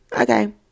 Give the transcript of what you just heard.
Okay